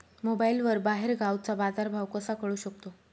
मोबाईलवर बाहेरगावचा बाजारभाव कसा कळू शकतो?